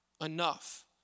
enough